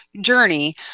journey